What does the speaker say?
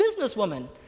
businesswoman